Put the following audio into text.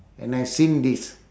and I've seen this